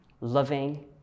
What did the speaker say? loving